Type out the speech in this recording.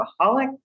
alcoholic